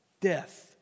death